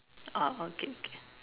orh okay okay